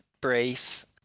brief